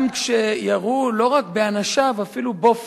גם כשירו, לא רק באנשיו, אפילו בו פיזית,